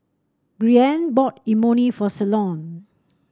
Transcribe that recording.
Breann bought Imoni for Ceylon